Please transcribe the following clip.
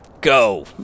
Go